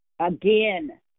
Again